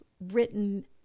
written